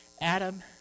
Adam